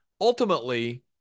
ultimately